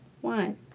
One